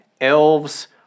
elves